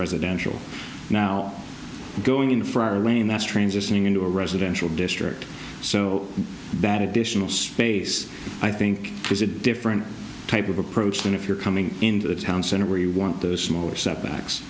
residential now going in for our lane that's transitioning into a residential district so bad additional space i think is a different type of approach than if you're coming into the town center where you want those smaller setbacks